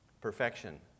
Perfection